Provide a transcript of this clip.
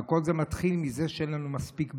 אבל כל זה מתחיל מזה שאין לנו מספיק בקרה.